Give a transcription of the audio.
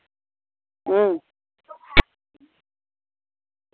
अं